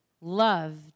loved